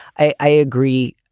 i i agree.